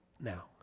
now